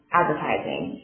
advertising